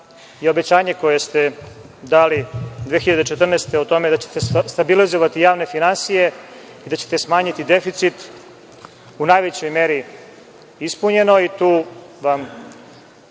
je obećanje koje ste dali 2014. godine o tome da ćete stabilizovati javne finansije i da ćete smanjiti deficit u najvećoj meri ispunjeno i tu vam